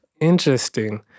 Interesting